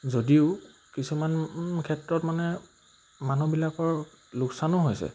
যদিও কিছুমান ক্ষেত্ৰত মানে মানুহবিলাকৰ লোকচানো হৈছে